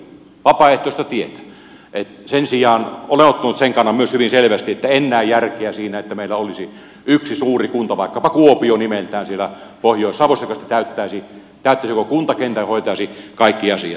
sen sijaan olen ottanut sen kannan myös hyvin selvästi että näe järkeä siinä että meillä olisi yksi suuri kunta siellä pohjois savossa vaikkapa kuopio nimeltään joka sitten täyttäisi koko kuntakentän ja hoitaisi kaikki asiat